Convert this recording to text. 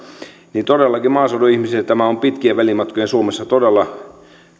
todellakin maaseudun ihmisille tämä on pitkien välimatkojen suomessa todella